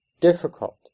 difficult